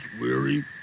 weary